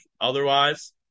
otherwise